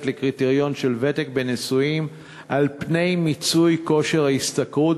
לקריטריון של ותק בנישואים על פני מיצוי כושר ההשתכרות.